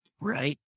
Right